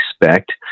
expect